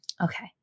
Okay